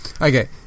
Okay